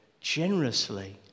generously